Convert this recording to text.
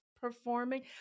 performing